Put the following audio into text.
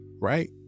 Right